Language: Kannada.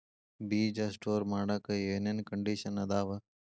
ಬೇಜ ಸ್ಟೋರ್ ಮಾಡಾಕ್ ಏನೇನ್ ಕಂಡಿಷನ್ ಅದಾವ?